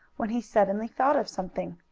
when he suddenly thought of something.